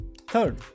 Third